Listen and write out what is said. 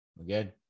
Again